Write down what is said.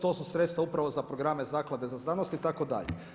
To su sredstva upravo za programe zaklade za znanosti itd.